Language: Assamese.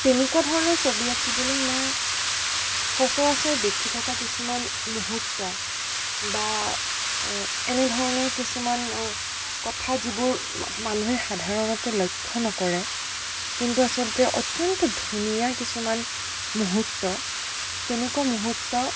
তেনেকুৱা ধৰণৰ ছবি আঁকিবলৈ মই সচৰাচৰ দেখি থকা কিছুমান মুহূৰ্ত বা এনে ধৰণৰ কিছুমান কথা যিবোৰ মানুহে সাধাৰণতে লক্ষ্য নকৰে কিন্তু আচলতে অত্যন্ত ধুনীয়া কিছুমান মুহূৰ্ত তেনেকুৱা মুহূৰ্ত